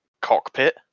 cockpit